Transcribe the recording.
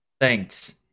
Thanks